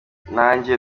nanjye